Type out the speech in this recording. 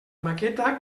maqueta